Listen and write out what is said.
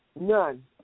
none